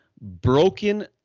Broken